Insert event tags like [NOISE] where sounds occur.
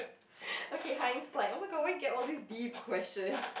[LAUGHS] okay hindsight oh-my-god why you get all these deep questions